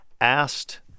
asked